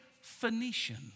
Phoenician